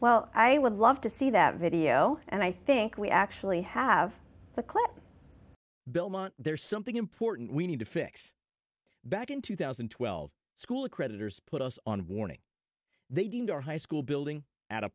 well i would love to see that video and i think we actually have the clip belmont there's something important we need to fix back in two thousand and twelve school creditors put us on warning they deemed our high school building at a